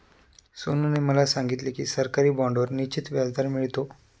सोनूने मला सांगितले की सरकारी बाँडवर निश्चित व्याजदर मिळतो